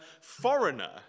foreigner